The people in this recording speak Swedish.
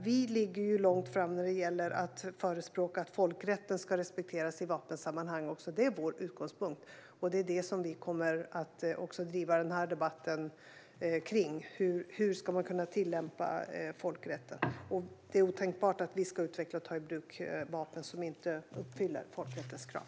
Vi ligger långt framme när det gäller att förespråka att folkrätten ska respekteras i vapensammanhang. Det är vår utgångspunkt. Det är kring det som vi kommer att driva den här debatten. Hur ska man kunna tillämpa folkrätten? Det är otänkbart att vi ska utveckla och ta i bruk vapen som inte uppfyller folkrättens krav.